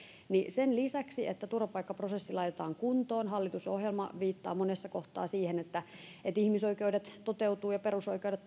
sen lisäksi että turvapaikkaprosessi laitetaan kuntoon hallitusohjelma viittaa monessa kohdassa siihen että ihmisoikeudet toteutuvat ja perusoikeudet